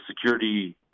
security